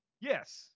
yes